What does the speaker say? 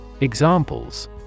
Examples